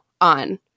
on